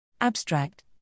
Abstract